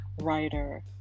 writer